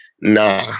Nah